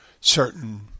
certain